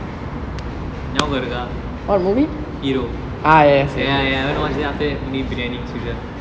நியாபகம் இருக்கா:niyabagam irukka hero ya ya we went to watch then after that go eat biryani as usual